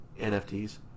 NFTs